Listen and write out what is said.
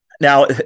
Now